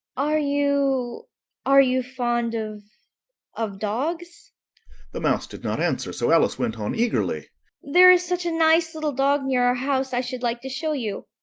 are you are you fond of of dogs the mouse did not answer, so alice went on eagerly there is such a nice little dog near our house i should like to show you!